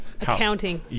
accounting